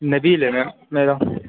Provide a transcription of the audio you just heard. نوید ہے میم میرا